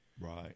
Right